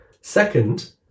Second